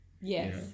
Yes